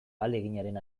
ahaleginaren